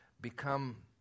become